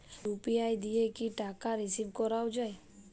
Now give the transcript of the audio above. UPI দিয়ে কি টাকা রিসিভ করাও য়ায়?